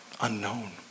unknown